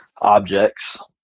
objects